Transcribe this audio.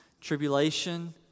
tribulation